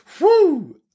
Woo